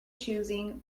choosing